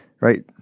right